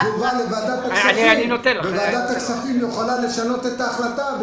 אם זה הובא לוועדת הכספים וועדת הכספים יכולה לשנות את ההחלטה,